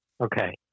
Okay